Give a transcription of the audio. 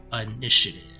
initiative